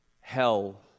hell